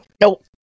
Nope